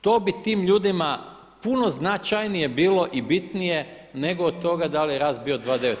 To bi tim ljudima puno značajnije bilo i bitnije nego od toga da li je rast bio 2,9.